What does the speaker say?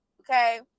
okay